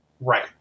Right